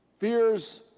Fears